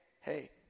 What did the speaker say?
hey